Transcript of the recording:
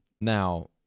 Now